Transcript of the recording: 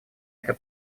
это